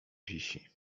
wisi